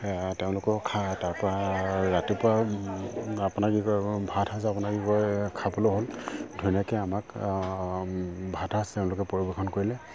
তেওঁলোকেও খাই তাপা ৰাতিপুৱা আপোনাৰ কি কয় ভাতসাঁজ আপোনাক কি কয় খাবলৈ হ'ল ধুনীয়াকৈ আমাক ভাতসাঁজ তেওঁলোকে পৰিৱেশন কৰিলে